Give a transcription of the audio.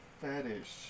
Fetish